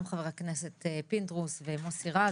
גם חבר הכנסת פינדרוס ומוסי רז,